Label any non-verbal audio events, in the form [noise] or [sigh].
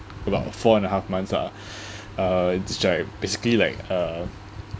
about four and a half months lah [breath] uh it's like basically like uh